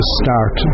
start